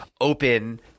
open